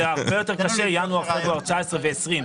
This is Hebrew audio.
זה הרבה יותר קשה ינואר פברואר 2019 ו-2020.